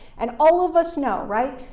and all of us know, right,